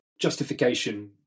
justification